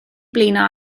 blino